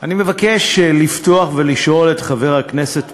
אני מבקש לפתוח ולשאול את חבר הכנסת מופז,